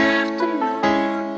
afternoon